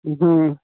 हुँ